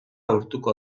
urtuko